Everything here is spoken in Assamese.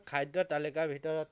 খাদ্য তালিকাৰ ভিতৰত